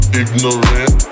ignorant